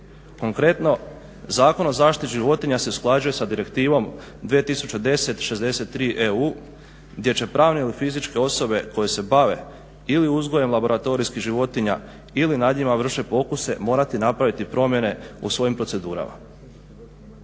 Konkretno Zakon o zaštiti životinja se usklađuje sa Direktivom 2010/63 EU gdje će pravne ili fizičke osobe koje se bave ili uzgojem laboratorijskih životinja ili na njim vrše pokuse morati napraviti promjene u svojim procedurama.